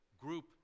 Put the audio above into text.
group